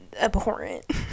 abhorrent